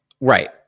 right